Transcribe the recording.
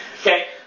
Okay